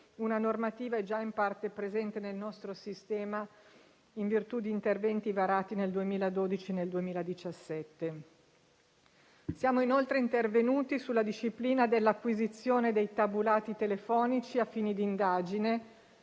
una normativa è già in parte presente nel nostro sistema, in virtù di interventi varati nel 2012 e nel 2017. Siamo inoltre intervenuti sulla disciplina dell'acquisizione dei tabulati telefonici a fini di indagine,